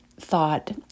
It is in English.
thought